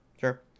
sure